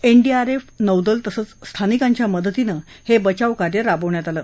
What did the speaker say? NDRF नौदल तसंच स्थानिकांच्या मदतीनं हे बचाव कार्य राबवण्यात आलं